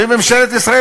וממשלת ישראל,